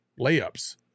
layups